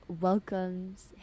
welcomes